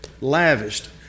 Lavished